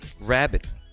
rabbit